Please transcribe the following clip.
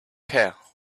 care